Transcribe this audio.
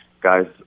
guys